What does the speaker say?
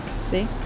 see